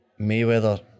Mayweather